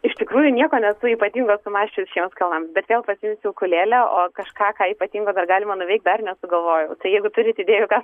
iš tikrųjų nieko nesu ypatingo sumąsčius šiems kalnams bet vėl pasiimsiu ukulėlę o kažką ką ypatingo dar galima nuveikt dar nesugalvojau tai jeigu turit idėjų ką